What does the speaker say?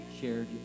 shared